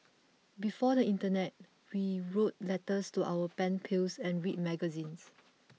before the internet we wrote letters to our pen pals and read magazines